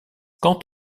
quand